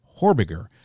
Horbiger